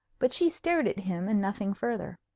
but she stared at him, and nothing further.